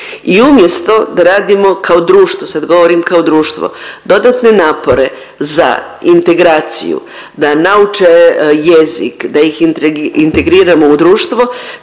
I umjesto da radimo kao društvo, sad govorim kao društvo, dodatne napore za integraciju da nauče jezik, da ih integriramo u društvo